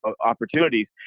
opportunities